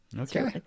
okay